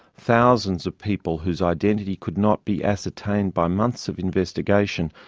thousands of people whose identity could not be ascertained by months of investigation,